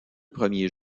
premiers